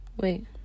Wait